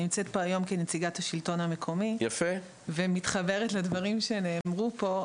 אני נמצאת פה היום כנציגת השלטון המקומי ומתחברת לדברים שנאמרו פה.